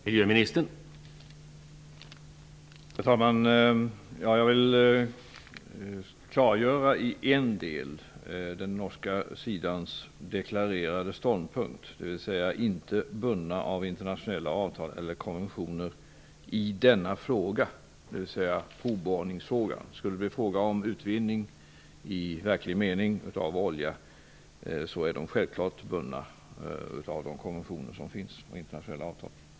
Herr talman! Jag vill klargöra i en del den norska sidans deklarerade ståndpunkt, att norrmännen inte känner sig bundna av internationella avtal eller konventioner i denna fråga, dvs. provborrningsfrågan. Skulle det bli fråga om utvinning i verklig mening av olja, är de självklart bundna av de konventioner och internationella avtal som finns.